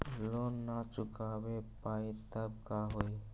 Loan न चुका पाई तब का होई?